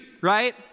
right